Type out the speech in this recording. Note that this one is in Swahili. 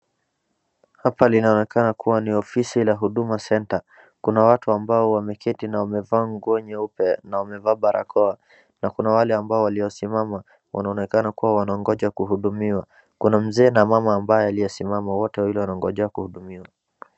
Hapa inaonekana kuwa ni ofisi ya huduma centre , kuna watu ambao wameketi na wamevaa nguo nyeupe na wamevaa barakoa, na kuna wale ambao waliosimama na wanaonekana kuwa wanangoja kuhudumiwa. Kuna mzee na mama waliosimama, wote wawili wanangoja kuhudumiwa.